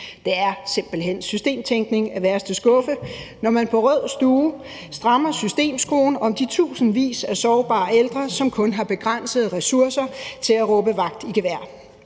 Det er simpelt hen systemtænkning af værste skuffe, når man på rød stue strammer systemskruen for de tusindvis af sårbare ældre, som kun har begrænsede ressourcer til at råbe vagt i gevær.